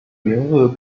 名字